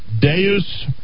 Deus